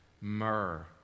myrrh